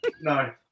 No